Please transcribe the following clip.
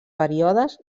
períodes